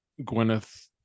gwyneth